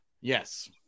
yes